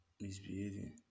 misbehaving